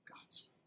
God's